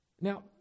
Now